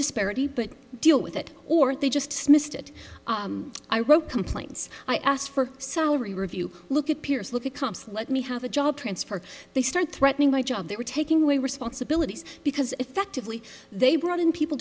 disparity but deal with it or they just missed it i wrote complaints i asked for salary review look at peers look at comps let me have a job transfer they start threatening my job they were taking way responsibilities because effectively they brought in people